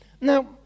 Now